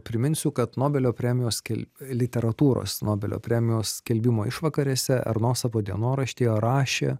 priminsiu kad nobelio premijos kel literatūros nobelio premijos skelbimo išvakarėse erno savo dienoraštyje rašė